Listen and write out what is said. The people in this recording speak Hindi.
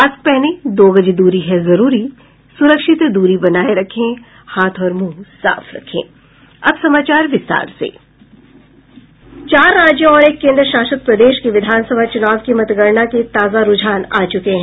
मास्क पहनें दो गज दूरी है जरूरी सुरक्षित दूरी बनाये रखें हाथ और मुंह साफ रखें चार राज्यों और एक केन्द्रशासित प्रदेश की विधानसभा चुनाव के मतगणना के ताजा रूझान आ चुके हैं